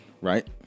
Right